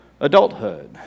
adulthood